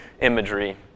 imagery